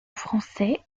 français